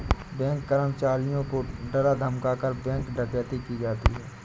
bank कर्मचारियों को डरा धमकाकर, बैंक डकैती की जाती है